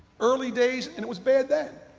early days, and it was bad then.